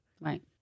Right